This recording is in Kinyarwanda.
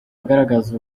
agaragaza